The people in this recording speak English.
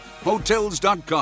Hotels.com